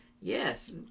yes